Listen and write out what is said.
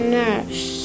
nurse